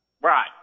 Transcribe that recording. Right